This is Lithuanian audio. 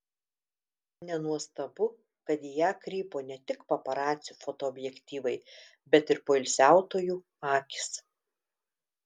nenuostabu kad į ją krypo ne tik paparacių fotoobjektyvai bet ir poilsiautojų akys